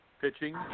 pitching